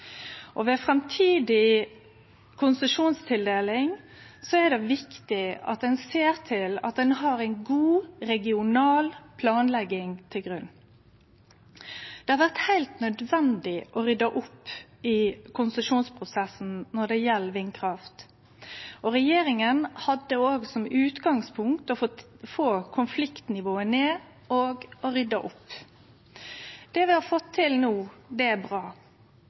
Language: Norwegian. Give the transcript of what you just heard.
Ved framtidig konsesjonstildeling er det viktig at ein ser til at ein har ei god regional planlegging til grunn. Det har vore heilt nødvendig å rydde opp i konsesjonsprosessen når det gjeld vindkraft, og regjeringa hadde òg som utgangspunkt å få konfliktnivået ned og rydde opp. Det dei har fått til no, er bra. Det er